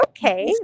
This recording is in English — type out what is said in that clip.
Okay